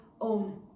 own